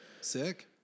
sick